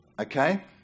okay